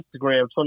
Instagram